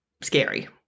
scary